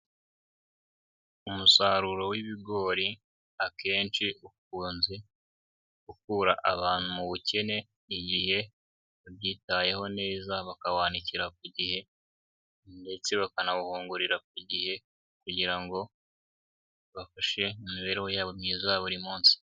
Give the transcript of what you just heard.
Umusaruro w'ibigori akenshi ukunze gukura abantu mu bukene igihe babyitayeho neza bakawanikira ku gihe ndetse bakanawuhungugurira ku gihe kugira ngo bibafashe mu mibereho yabo myiza ya buri munsi.